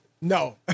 No